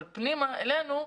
אבל פנימה אלינו,